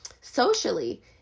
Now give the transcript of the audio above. socially